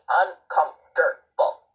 uncomfortable